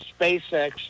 SpaceX